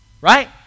right